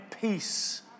peace